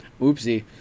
Oopsie